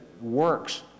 works